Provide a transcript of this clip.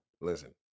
Listen